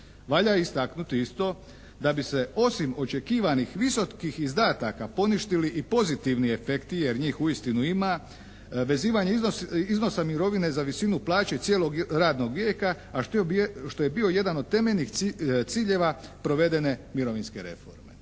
Valja istaknuti isto da bi se osim očekivanih visokih izdataka poništili i pozitivni efekti jer njih uistinu ima, vezivanje iznosa mirovine za visinu plaće cijelog radnog vijeka a što je bio jedan od temeljnih ciljeva provedene mirovinske reforme.